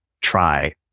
try